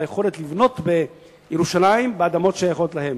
היכולת לבנות בירושלים באדמות ששייכות להם.